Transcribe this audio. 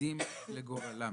עובדים לגורלם.